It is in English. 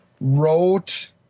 wrote